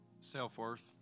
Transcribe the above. Self-worth